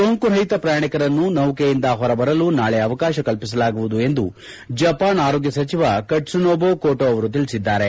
ಸೋಂಕು ರಹಿತ ಪ್ರಯಾಣಿಕರನ್ನು ನೌಕೆಯಿಂದ ಹೊರ ಬರಲು ನಾಳೆ ಅವಕಾಶ ಕಲ್ಲಿಸಲಾಗುವುದು ಎಂದು ಜಪಾನ್ ಆರೋಗ್ಗ ಸಚಿವ ಕಟ್ಲುನೋಬು ಕಟೋ ಅವರು ತಿಳಿಸಿದ್ದಾರೆ